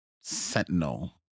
sentinel